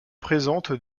présente